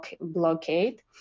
blockade